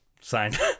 signed